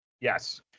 Yes